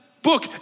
book